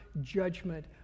judgment